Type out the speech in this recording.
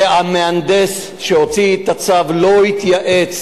והמהנדס שהוציא את הצו לא התייעץ